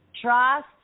trust